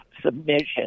submission